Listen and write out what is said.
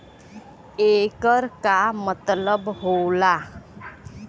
येकर का मतलब होला?